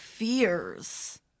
Fears